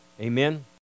Amen